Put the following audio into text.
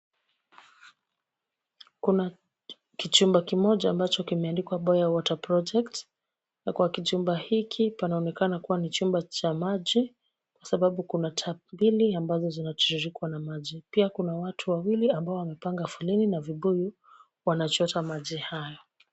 Kuna kichumba kimoja ambacho kimeandikwa Boya Water Project . Na kwa kichumba hiki, panaonekana kuwa ni chumba cha maji. Sababu kuna taa mbili ambazo zinachuruzika na maji. Pia kuna watu wawili ambao wamepanga foleni na vibuyu wanachota maji hayo.